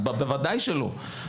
בוודאי שלא.